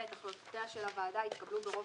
(ב) החלטותיה של הוועדה יתקבלו ברוב